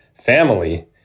family